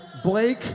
Blake